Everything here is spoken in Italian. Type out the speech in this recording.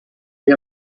gli